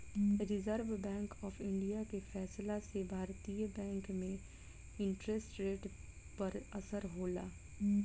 reserve Bank of India के फैसला से भारतीय बैंक में इंटरेस्ट रेट पर असर होला